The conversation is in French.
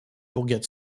bourgade